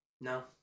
No